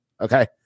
Okay